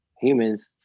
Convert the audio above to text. humans